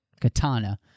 katana